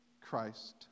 Christ